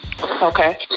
Okay